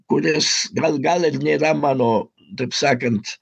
kuris gal gal ir nėra mano taip sakant